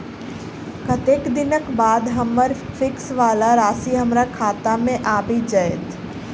कत्तेक दिनक बाद हम्मर फिक्स वला राशि हमरा खाता मे आबि जैत?